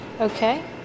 Okay